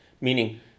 meaning